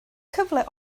cyfle